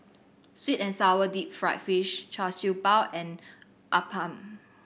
sweet and sour deep fried fish Char Siew Bao and appam